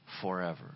forever